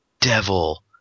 devil